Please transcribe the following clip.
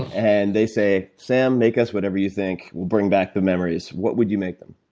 and they say, sam, make us whatever you think will bring back the memories. what would you make them?